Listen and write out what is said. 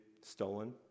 stolen